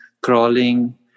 crawling